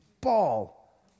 ball